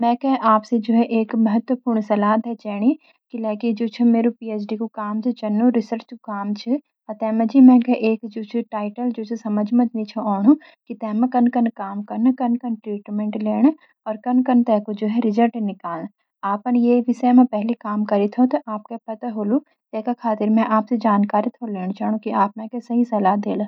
मैं के आपसी जु छ एक महत्वपूर्ण सलाह थे चैनी। किलायकि मेरू पीएचडी रिसर्च कु काम छ चनू ते माजी मैक एक टाइटल जु छ समझ म नी आऊं नू की ते न जु छ कन कंन काम कन, कंन ट्रीटमेंट लेन और कन ते कु रिजल्ट निकालन। आपन ये विषय मा पहली काम करी थो त आपके पता होलू के ये काम कन के होन ये खातिर मैं आपसी जानकारी थो लेन चानू की आप मैक सही सलाह दे ला।